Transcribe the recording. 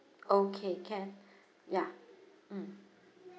okay can yeah mm